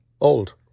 old